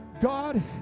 God